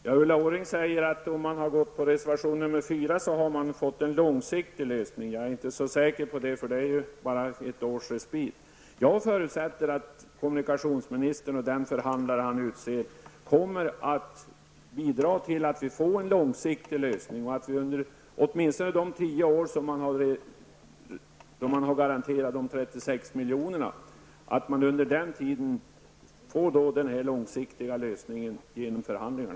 Herr talman! Ulla Orring säger att om man stöder reservation 4 får man till stånd en långsiktig lösning. Jag är inte så säker på det. Det är ju bara ett års respit. Jag förutsätter att kommunikationsministern och den förhandlare han utser kommer att bidra till att vi får en långsiktig lösning och att man åtminstone under de tio år då man har de 36 miljonerna garanterade får till stånd en långsiktig lösning genom förhandlingar.